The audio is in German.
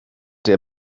der